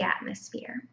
atmosphere